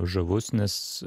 žavus nes